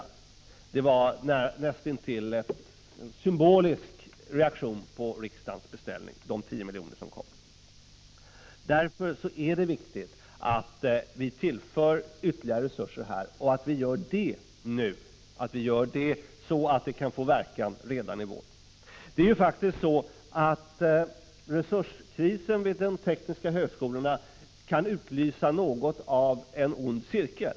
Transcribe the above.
De 10 milj.kr. som kom var näst intill en symbolisk reaktion på riksdagens beställning. Därför är det viktigt att vi här tillför ytterligare resurser, och att vi gör det nu, så att det kan få verkan redan i vår. Det är ju faktiskt så, att resurskrisen vid de tekniska högskolorna kan utlösa något av en ond cirkel.